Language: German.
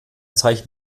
zeichen